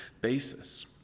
basis